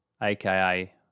aka